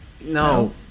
No